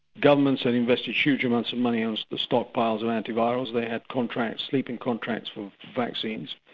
governments had invested huge amounts of money on the stockpiles of antivirals, they had contracts, sleeping contracts with vaccines.